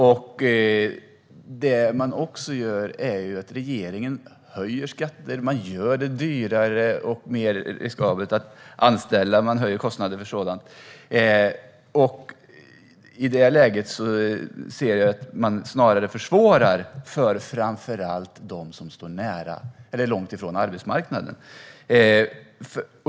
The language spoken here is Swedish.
Det regeringen också gör är att höja skatter. Man gör det dyrare och mer riskabelt att anställa. I det avseendet ser jag att man snarare försvårar för framför allt dem som står långt från arbetsmarknaden.